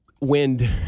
Wind